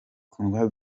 kundwa